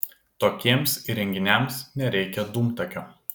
tokiems įrenginiams nereikia dūmtakio